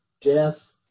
death